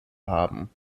haben